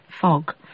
fog